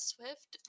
Swift